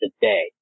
today